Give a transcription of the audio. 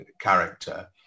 character